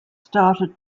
started